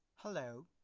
Hello